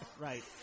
Right